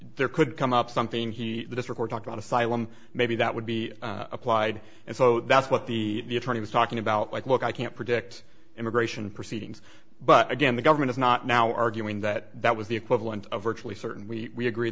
there could come up something he this report talked about asylum maybe that would be applied and so that's what the attorney was talking about like look i can't predict immigration proceedings but again the government is not now arguing that that was the equivalent of virtually certain we agree